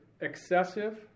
excessive